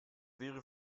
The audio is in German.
wäre